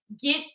get